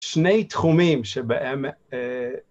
שני תחומים שבהם